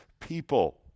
people